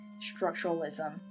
structuralism